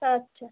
আচ্ছা